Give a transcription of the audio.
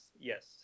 yes